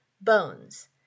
Bones